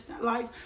life